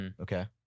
Okay